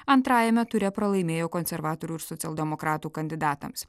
antrajame ture pralaimėjo konservatorių ir socialdemokratų kandidatams